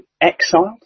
exiled